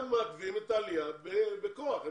הם מעכבים את העלייה בכוח.